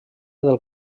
del